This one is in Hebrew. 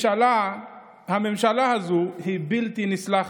הממשלה הזו בלתי נסלחת.